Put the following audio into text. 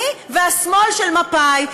אני והשמאל של מפא"י.